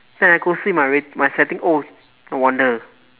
then I go see my re~ my setting oh no wonder